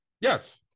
Yes